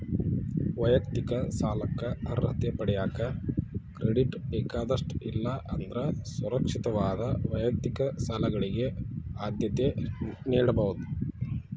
ವೈಯಕ್ತಿಕ ಸಾಲಕ್ಕ ಅರ್ಹತೆ ಪಡೆಯಕ ಕ್ರೆಡಿಟ್ ಬೇಕಾದಷ್ಟ ಇಲ್ಲಾ ಅಂದ್ರ ಸುರಕ್ಷಿತವಾದ ವೈಯಕ್ತಿಕ ಸಾಲಗಳಿಗೆ ಆದ್ಯತೆ ನೇಡಬೋದ್